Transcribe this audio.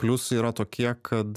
pliusai yra tokie kad